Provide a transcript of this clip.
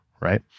right